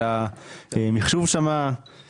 של המחשוב שם,